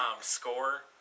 score